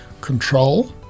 control